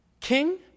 King